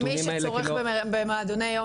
כי לא --- מי שצורך במועדוני יום,